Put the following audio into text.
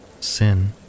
Sin